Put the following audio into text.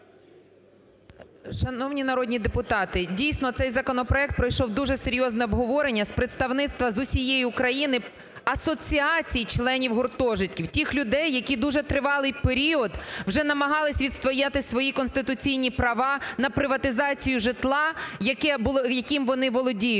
Шановні народні депутати! Дійсно, цей законопроект пройшов дуже серйозне обговорення з представництва з усієї України, асоціацій членів гуртожитків, тих людей, які дуже тривалий період вже намагались відстояти свої конституційні права на приватизацію житла, яким вони володіють,